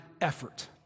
effort